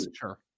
sure